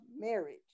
marriage